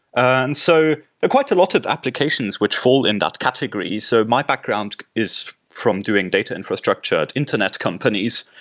and so quite a lot of applications which fall in that category so my background is from doing data infrastructure to internet companies.